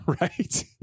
right